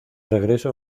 regreso